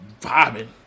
vibing